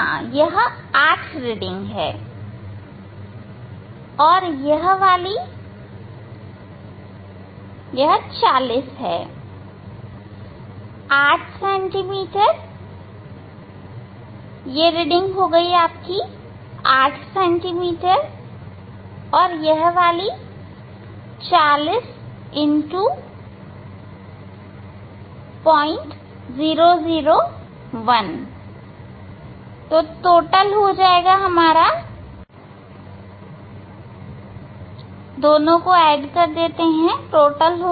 यह 8 रीडिंग है और यह वाली 40 है 8 सेंटीमीटर है यह रीडिंग 8 सेंटीमीटर है और यह वाली 40 001 यह कुल 8040 होगी